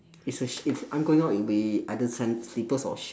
it's a sh~ it's I'm going out with either san~ slippers or shoes